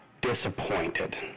disappointed